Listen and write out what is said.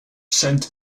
sent